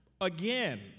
again